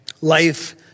Life